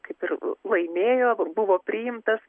kaip ir l laimėjo buvo priimtas